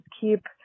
keep